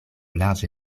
larĝe